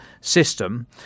system